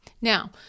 Now